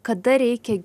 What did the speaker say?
kada reikia